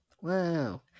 Wow